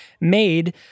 made